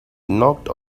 knocked